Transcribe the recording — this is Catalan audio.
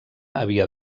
havia